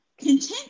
content